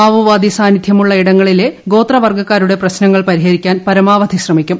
മാവോവാദി സാന്നിദ്ധ്യമുള്ള ഇടങ്ങളിലെ ഗോത്രവർഗ്ഗക്കാരുടെ പ്രശ്നങ്ങൾ പരിഹരിക്കാൻ പരമാവധി ശ്രമിക്കും